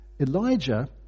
Elijah